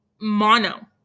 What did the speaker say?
mono